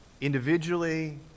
individually